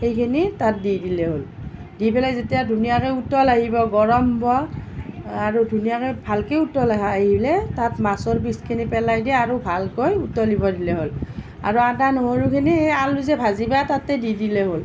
সেইখিনি তাত দি দিলেই হ'ল দি পেলাই যেতিয়া ধুনীয়াকৈ উতল আহিব গৰম হ'ব আৰু ধুনীয়াকৈ ভালকৈ উতল আহি আহিলে তাত মাছৰ পিচখিনি পেলাই দিয়া আৰু ভালকৈ উতলিব দিলেই হ'ল আৰু আদা নহৰুখিনি এই আলু যে ভাজিবা তাতে দি দিলে হ'ল